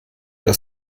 das